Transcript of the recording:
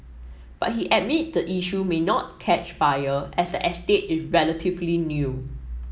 but he admit the issue may not catch fire as the estate is relatively new